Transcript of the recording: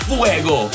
Fuego